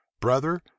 Brother